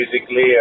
physically